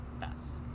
best